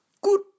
Good